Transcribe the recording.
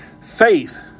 faith